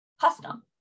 custom